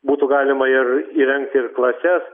būtų galima ir įrengti ir klases